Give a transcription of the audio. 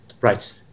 right